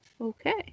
Okay